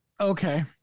Okay